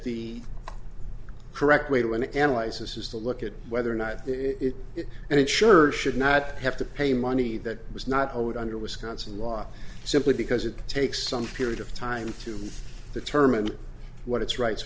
the correct way when it analyze this is to look at whether or not it and it sure should not have to pay money that was not owed under wisconsin law simply because it takes some period of time to determine what its rights